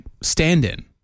stand-in